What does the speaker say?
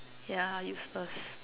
yeah useless